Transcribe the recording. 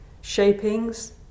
shapings